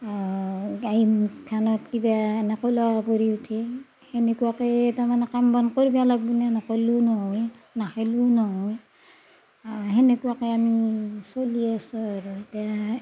মুখখনত কিবা সেনে ক'লা পৰি উঠে সেনেকুৱাকে তাৰমানে কাম বন কৰিব লাগিব নকৰিলেও নহয় নাখালেও নহয় সেনেকুৱাকে আমি চলি আছোঁ আৰু এতিয়া